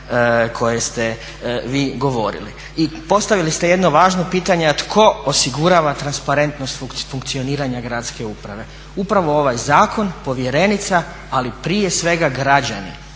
koje ste vi govorili. I postavili ste jedno važno pitanje a tko osigurava transparentnost funkcioniranja gradske uprave. Upravo ovaj zakon, povjerenica ali prije svega građani,